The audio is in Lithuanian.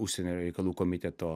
užsienio reikalų komiteto